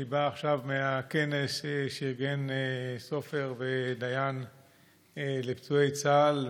אני בא עכשיו מהכנס שארגנו סופר ודיין לפצועי צה"ל.